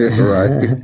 Right